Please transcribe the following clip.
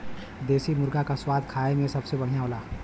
देसी मुरगा क स्वाद खाए में सबसे बढ़िया होला